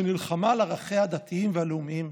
שנלחמה על ערכיה הדתיים והלאומיים,